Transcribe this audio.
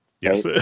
Yes